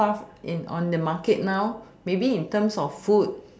stuff in on the market now maybe in terms of food